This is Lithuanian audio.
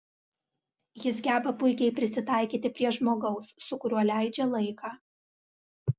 jis geba puikiai prisitaikyti prie žmogaus su kuriuo leidžia laiką